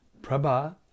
Prabha